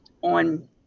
on